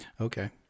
Okay